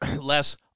less